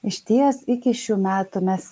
išties iki šių metų mes